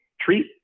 treat